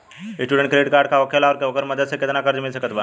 Student credit card का होखेला और ओकरा मदद से केतना कर्जा मिल सकत बा?